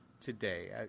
today